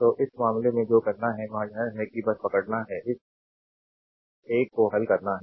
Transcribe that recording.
तो इस मामले में जो करना है वह यह है कि बस पकड़ना है इस एक को हल करना है